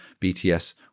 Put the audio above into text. BTS